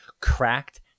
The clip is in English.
cracked